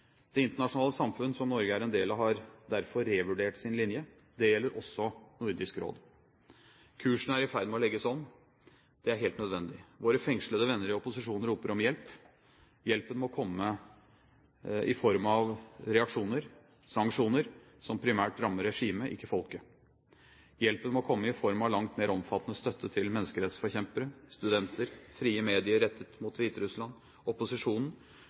Det internasjonale samfunn, som Norge er en del av, har derfor revurdert sin linje. Det gjelder også Nordisk Råd. Kursen er i ferd med å legges om. Det er helt nødvendig. Våre fengslede venner i opposisjonen roper om hjelp. Hjelpen må komme i form av reaksjoner, sanksjoner, som primært rammer regimet, ikke folket. Hjelpen må komme i form av langt mer omfattende støtte til menneskerettsforkjempere, studenter, frie medier rettet mot Hviterussland, opposisjonen